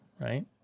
right